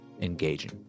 engaging